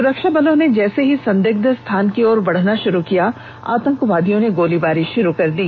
सुरक्षाबलों ने जैसे ही संदिग्ध स्थान की ओर बढना शुरू किया आतंकवादियों ने गोलीबारी शुरू कर दी